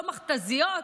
לא מכת"זיות.